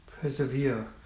persevere